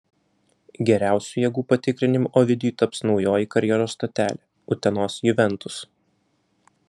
geriausiu jėgų patikrinimu ovidijui taps naujoji karjeros stotelė utenos juventus